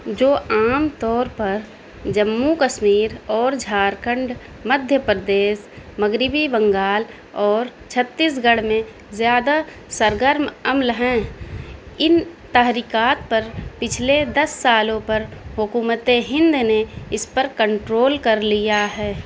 جو عام طور پر جموں کشمیر اور جھارکھنڈ مدھیہ پردیش مغربی بنگال اور چھتیس گڑھ میں زیادہ سرگرم عمل ہیں ان تحریکات پر پچھلے دس سالوں پر حکومتِ ہند نے اس پر کنٹرول کر لیا ہے